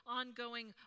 ongoing